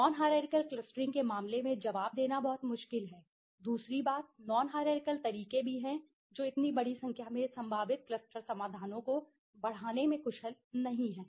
non hierarchical clustering के मामले में जवाब देना बहुत मुश्किल है दूसरी बात नॉन हाईरारकिअल तरीके भी हैं जो इतनी बड़ी संख्या में संभावित क्लस्टर समाधानों को बढ़ाने में कुशल नहीं हैं